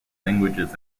languages